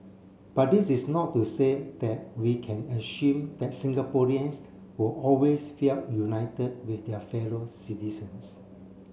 but this is not to say that we can assume that Singaporeans will always felt united with their fellow citizens